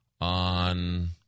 on